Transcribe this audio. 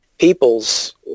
peoples